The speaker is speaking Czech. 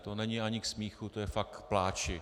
To není ani k smíchu, to je fakt k pláči.